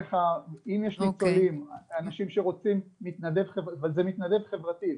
יש אנשים שרוצים מתנדב חברתי,